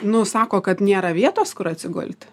nu sako kad nėra vietos kur atsigulti